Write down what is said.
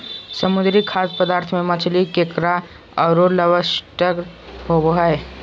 समुद्री खाद्य पदार्थ में मछली, केकड़ा औरो लोबस्टर होबो हइ